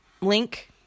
link